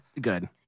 good